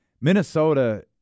Minnesota